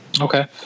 Okay